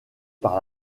par